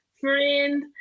friend